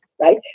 right